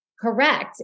Correct